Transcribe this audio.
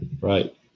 Right